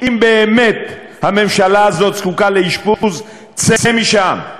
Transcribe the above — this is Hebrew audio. אם באמת הממשלה הזאת זקוקה לאשפוז, צא משם.